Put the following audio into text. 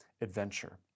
adventure